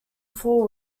four